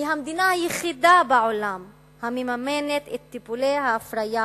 היא המדינה היחידה בעולם המממנת טיפולי הפריה